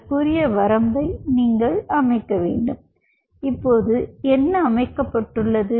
அதற்குரிய வரம்பை நீங்கள் அமைக்க வேண்டும் இப்போது அது என்ன அமைக்கப்பட்டுள்ளது